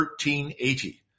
1380